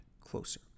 closer